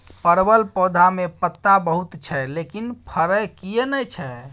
परवल पौधा में पत्ता बहुत छै लेकिन फरय किये नय छै?